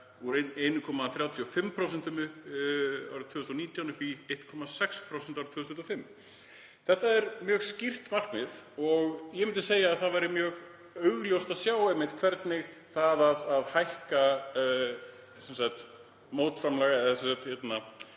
hækka úr 1,35% 2019 upp í 1,6% árið 2025. Þetta er mjög skýrt markmið og ég myndi segja að það væri mjög augljóst að sjá einmitt hvernig það að hækka nýsköpunarþakið